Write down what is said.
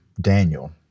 Daniel